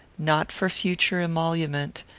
not for future emolument,